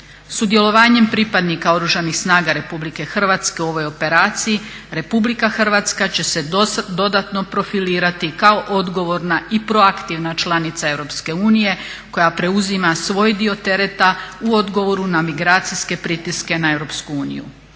Sudjelovanjem pripadnika Oružanih snaga Republike Hrvatske u ovoj operaciji Republika Hrvatska će se dodatno profilirati kao odgovorna i proaktivna članica Europske unije koja preuzima svoj dio tereta u odgovoru na migracijske pritiske na